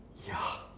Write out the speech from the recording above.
ya